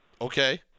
Okay